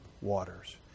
waters